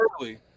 early